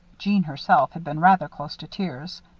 jeanne herself had been rather close to tears.